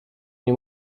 nie